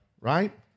right